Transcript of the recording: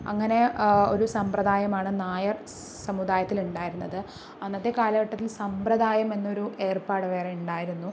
അങ്ങനെ ഒരു സമ്പ്രദായമാണ് നായർ സമുദായത്തിൽ ഉണ്ടായിരുന്നത് അന്നത്തെ കാലഘട്ടത്തിൽ സമ്പ്രദായം എന്നൊരു ഏർപ്പാട് വേറെ ഉണ്ടായിരുന്നു